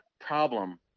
problem